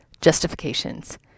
Justifications